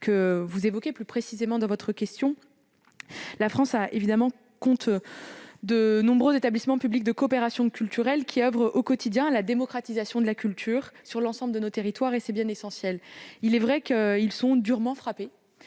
que vous évoquez dans votre question, la France compte de nombreux établissements publics de coopération culturelle qui oeuvrent au quotidien à la démocratisation de la culture sur l'ensemble de nos territoires ; et c'est bien essentiel. Il est vrai qu'ils sont durement frappés